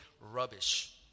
rubbish